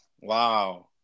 Wow